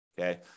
okay